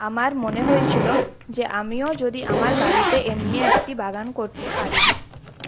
আমার মনে হয়েছিল যে আমিও যদি আমার বাড়িতে এমনি একটি বাগান করতে পারি